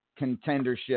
contendership